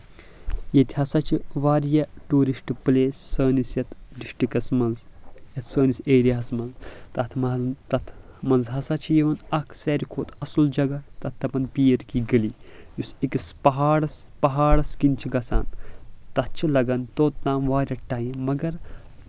ییٚتہِ ہسا چھِ واریاہ ٹوٗرِسٹ پِلیس سٲنِس یتھ ڈسٹکٹس منٛز یَتھ سٲنِس ایریاہَس منٛز تَتھ منٛز ہسا چھِ یِوان اکھ ساروے کھۄتہٕ اَصٕل جگہہ تَتھ دَپان پیٖر کی گلی یُس أکِس پہاڑس پہاڑَس کِنۍ چھِ گژھان تَتھ چھ لگان توٚت تام واریاہ ٹایم مگر